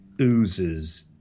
oozes